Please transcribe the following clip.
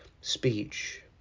speech